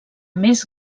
més